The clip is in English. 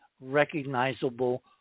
recognizable